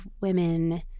women